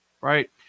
right